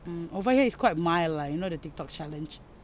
mm over here is quite mild lah you know the tiktok challenge